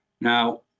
Now